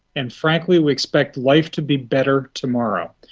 and frankly we expect life to be better tomorrow.